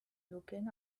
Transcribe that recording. looking